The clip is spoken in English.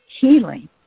healing